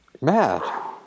Mad